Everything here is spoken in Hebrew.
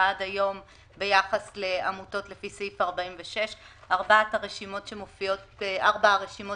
עד היום ביחס לעמותות לפי סעיף 46. ארבע הרשימות